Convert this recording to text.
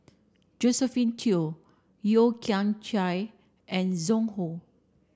Josephine Teo Yeo Kian Chye and Zhu Hong